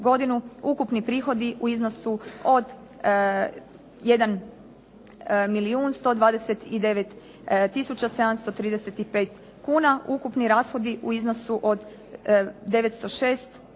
ukupni prihodi u iznosu od 1 milijun 129 tisuća 735 kuna. Ukupni rashodi u iznosu od 906